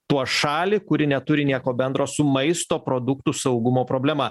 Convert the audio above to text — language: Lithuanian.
tuo šalį kuri neturi nieko bendro su maisto produktų saugumo problema